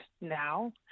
now